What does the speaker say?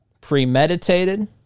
premeditated